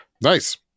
Nice